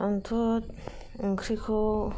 आंथ' ओंख्रिखौ